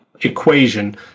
equation